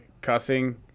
cussing